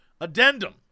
Addendum